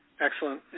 Excellent